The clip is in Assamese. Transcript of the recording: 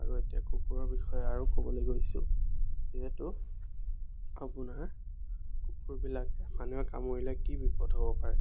আৰু এতিয়া কুকুৰৰ বিষয়ে আৰু ক'বলৈ গৈছোঁ যিহেতু আপোনাৰ কুকুৰবিলাকে মানুহক কামুৰিলে কি বিপদ হ'ব পাৰে